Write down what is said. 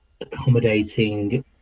accommodating